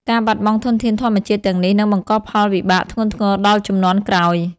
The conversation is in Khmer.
ការបាត់បង់ធនធានធម្មជាតិទាំងនេះនឹងបង្កផលវិបាកធ្ងន់ធ្ងរដល់ជំនាន់ក្រោយ។